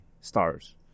stars